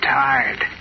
tired